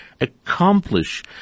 accomplish